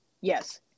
yes